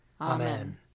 Amen